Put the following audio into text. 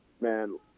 man